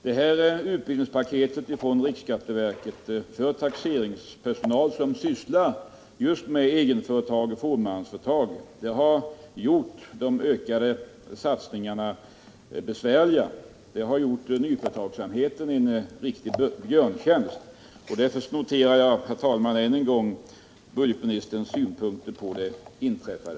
Detta utbildningspaket från riksskatteverket för taxeringspersonal som sysslar just med egenföretag och fåmansföretag har gjort de ökade satsningarna besvärliga. Det har gjort nyföretagsamheten en riktig björntjänst. Därför noterar jag, herr talman, än en gång budgetministerns synpunkter på det inträffade.